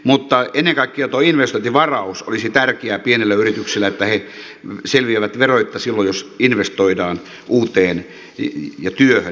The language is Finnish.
mutta ennen kaikkea tuo investointivaraus olisi tärkeä pienille yrityksille että he selviävät veroitta silloin jos investoidaan uuteen ja nimenomaan työhön